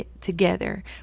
together